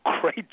great